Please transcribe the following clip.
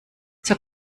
zur